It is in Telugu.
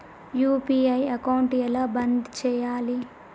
యూ.పీ.ఐ అకౌంట్ ఎలా బంద్ చేయాలి?